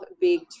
big